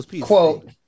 quote